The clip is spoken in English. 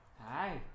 Hi